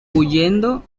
huyendo